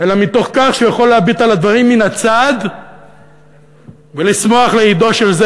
אלא מתוך כך שהוא יכול להביט על הדברים מן הצד ולשמוח לאידו של זה,